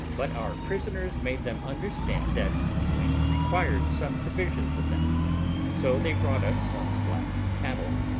but our prisoners made them understand that we required some provisions of them so they brought us some black cattle,